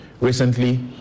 recently